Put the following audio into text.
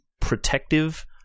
protective